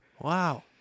Wow